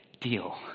deal